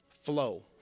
flow